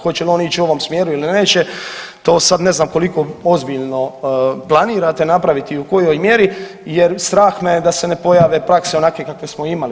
Hoće li on ići u ovom smjeru ili neće to sad ne znam koliko ozbiljno planirate napraviti u kojoj mjeri, jer strah me je da se ne pojave prakse onakve kakve smo imali.